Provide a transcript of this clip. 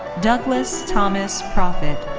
douglas thomas proffitt.